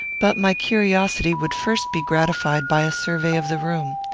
but my curiosity would first be gratified by a survey of the room.